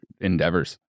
endeavors